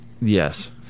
Yes